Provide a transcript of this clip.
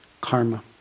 karma